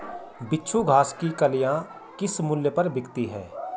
बिच्छू घास की कलियां किस मूल्य पर बिकती हैं?